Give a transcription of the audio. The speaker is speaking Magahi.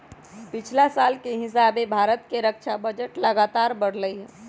पछिला साल के हिसाबे भारत के रक्षा बजट लगातार बढ़लइ ह